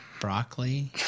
Broccoli